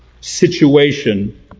situation